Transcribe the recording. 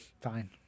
Fine